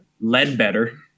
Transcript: Ledbetter